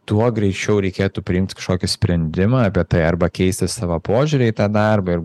tuo greičiau reikėtų priimti kažkokį sprendimą apie tai arba keisti savo požiūrį į tą darbą ir